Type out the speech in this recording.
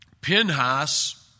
Pinhas